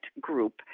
group